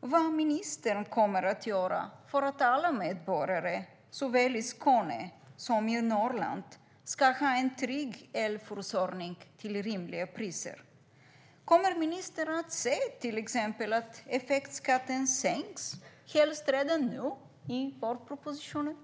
vad ministern kommer att göra för att alla medborgare, såväl i Skåne som i Norrland, ska ha en trygg elförsörjning till rimliga priser. Kommer ministern till exempel att se till att effektskatten sänks, helst redan nu i vårpropositionen?